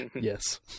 Yes